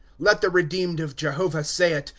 let the redeemed of jehovah say it,